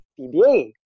PBA